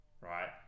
right